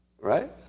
Right